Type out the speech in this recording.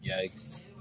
Yikes